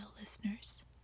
listeners